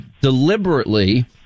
deliberately